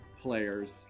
players